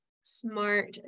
smart